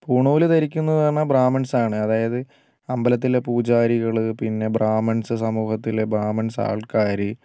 പൂണൂൽ ധരിക്കുന്നു പറഞ്ഞാൽ ബ്രാഹ്മിൻസാണ് അതായത് അമ്പലത്തിലെ പൂജാരികൾ പിന്നെ ബ്രാഹ്മിൺസ് സമൂഹത്തിലെ ബ്രാഹ്മിൺസ് ആൾക്കാർ